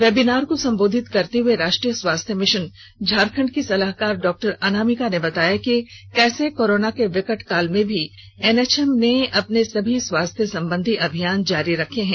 webinar को संबोधित करते हुए राष्ट्रीय स्वास्थ्य मिशन झारखंड की सलाहकार डॉ अनामिका ने बताया कि कैसे कोरोना के विकट काल में भी एनएचएम ने अपने सभी स्वास्थ्य संबंधी अभियान जारी रखे हैं